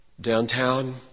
Downtown